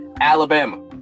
Alabama